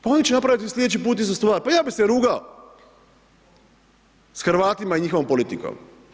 Pa oni će napraviti slijedeći put istu stvar, pa ja bih se rugao s Hrvatima i njihovom politikom.